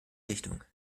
richtung